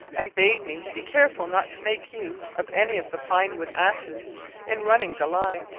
and bade me be careful not to make use of any of the pine-wood ashes in running the ley.